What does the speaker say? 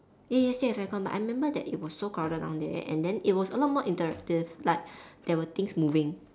ya ya still have aircon but I remember that it was so crowded down there and then it was a lot more interactive like there were things moving